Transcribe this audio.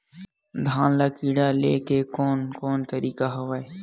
धान ल कीड़ा ले के कोन कोन तरीका हवय?